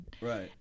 Right